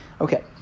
Okay